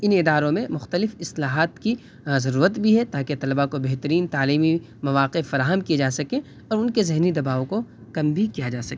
ان اداروں میں مختلف اصلاحات کی ضرورت بھی ہے تاکہ طلبا کو بہترین تعلیمی مواقع فراہم کیے جا سکیں اور ان کے ذہنی دباؤ کو کم بھی کیا جا سکے